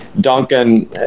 duncan